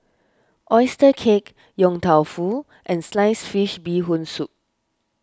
Oyster Cake Yong Tau Foo and Sliced Fish Bee Hoon Soup